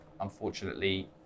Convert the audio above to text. unfortunately